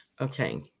Okay